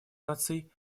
наций